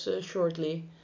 shortly